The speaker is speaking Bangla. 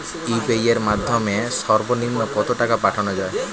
ইউ.পি.আই এর মাধ্যমে সর্ব নিম্ন কত টাকা পাঠানো য়ায়?